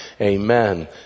Amen